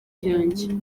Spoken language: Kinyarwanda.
cyanjye